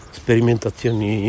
sperimentazioni